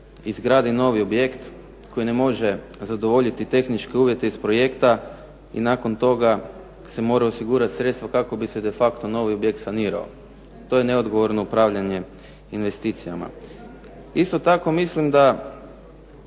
izgradi novi objekt koji ne može zadovoljiti tehničke uvjete iz projekta i nakon toga se moraju osigurati sredstva kako bi se de facto novi objekt sanirao. To je neodgovorno upravljanje investicijama. Isto tako mislim da